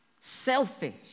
selfish